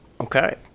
Okay